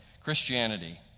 Christianity